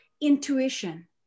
intuition